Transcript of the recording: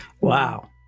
wow